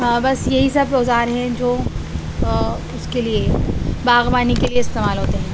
بس یہی سب اوزار ہیں جو اس کے لیے باغبانی کے لیے استعمال ہوتے ہیں